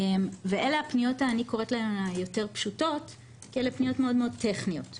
ואלה הפניות היותר פשוטות כי אלה פניות מאוד-מאוד טכניות.